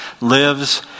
lives